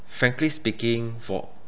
frankly speaking for